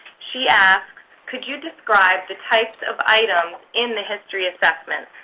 she asks, could you describe the types of items in the history assessments.